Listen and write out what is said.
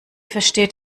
versteht